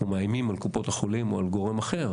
מאיימים על קופות החולים או על גורם אחר,